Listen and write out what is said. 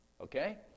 Okay